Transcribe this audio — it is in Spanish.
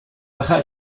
bajad